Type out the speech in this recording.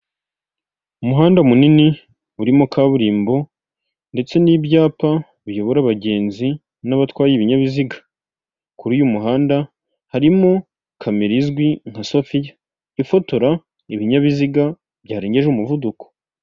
Umuhanda munini urimo kaburimbo ndetse n'ibyapa biyobora abagenzi n'abatwaye ibinyabiziga, kuri uyu muhanda harimo kamera izwi nka sofiya ifotora ibinyabiziga byarengeje umuvuduko.